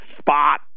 spot